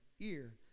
ear